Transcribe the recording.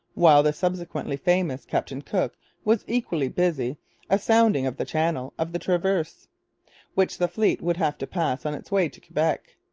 while the subsequently famous captain cook was equally busy a-sounding of the channell of the traverse which the fleet would have to pass on its way to quebec.